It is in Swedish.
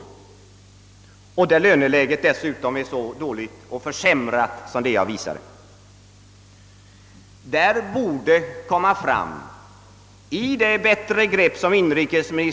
På dessa platser kan löneläget dessutom vara mycket dåligt, som jag redan påpekat.